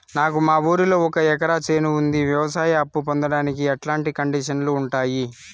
నాకు మా ఊరిలో ఒక ఎకరా చేను ఉంది, వ్యవసాయ అప్ఫు పొందడానికి ఎట్లాంటి కండిషన్లు ఉంటాయి?